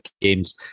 games